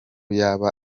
yaba